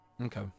Okay